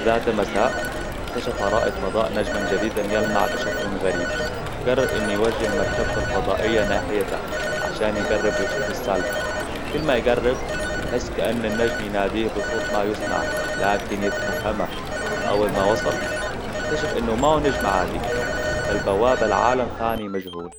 ذات مساء اكتشف رائد فضاء نجماً جديداً يلمع بشكل غريب قرر ان يوجه مركبة الفضائية ناحيته عشان يقرب ويشوف السالفة كل ما يقرب يحس كأن النجم يناديه بصوت ما يسمعه لكن يتفهمه اول ما وصل اكتشف انه ما هو نجم عادي بل بوابه لعالم ثاني مجهول